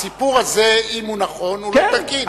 הסיפור הזה, אם הוא נכון, הוא לא תקין.